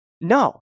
No